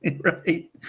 Right